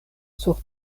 sur